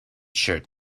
shirt